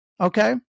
Okay